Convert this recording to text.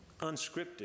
unscripted